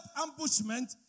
ambushment